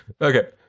Okay